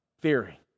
theory